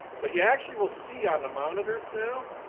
but you actually will see on the monitors now,